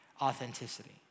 authenticity